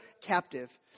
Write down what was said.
captive